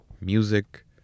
music